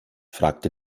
fragte